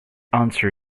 answer